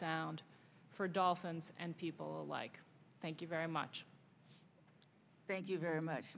sound for dolphins and people like thank you very much thank you very much